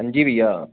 अंजी भैया